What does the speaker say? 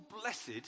blessed